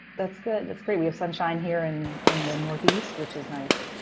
that's good. that's great. we have sunshine here in in the northeast, which is nice.